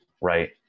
right